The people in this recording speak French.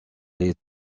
les